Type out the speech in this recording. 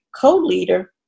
co-leader